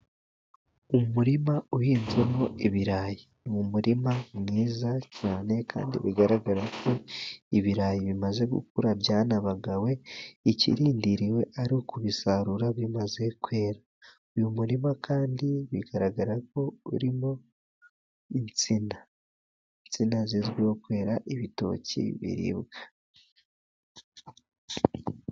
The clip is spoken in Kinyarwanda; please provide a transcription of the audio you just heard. Umurima uhinzemo ibirayi. Ni umurima mwiza cyane, kandi bigaragara ko ibirayi bimaze gukura byanabagawe, ikirindiriwe ari ukubisarura bimaze kwera. Uyu murima kandi bigaragara ko urimo insina, insina zizwiho kwera ibitoki biribwa.